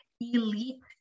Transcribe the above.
elite